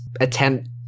attempt